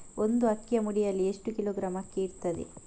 ಒಂದು ಅಕ್ಕಿಯ ಮುಡಿಯಲ್ಲಿ ಎಷ್ಟು ಕಿಲೋಗ್ರಾಂ ಅಕ್ಕಿ ಇರ್ತದೆ?